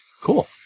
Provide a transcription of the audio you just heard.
Cool